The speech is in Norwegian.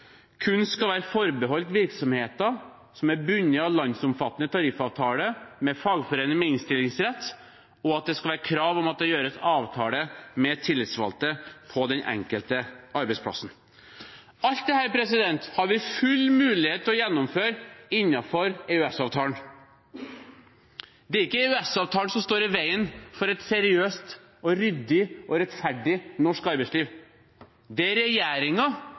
kun skal være forbeholdt virksomheter som er bundet av landsomfattende tariffavtale med fagforening med innstillingsrett, og at det skal være krav om at det skal gjøres avtale med tillitsvalgte på den enkelte arbeidsplass. Alt dette har vi full mulighet til å gjennomføre innenfor EØS-avtalen. Det er ikke EØS-avtalen som står i veien for et seriøst, ryddig og rettferdig norsk arbeidsliv. Det er